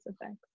effects